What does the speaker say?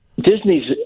Disney's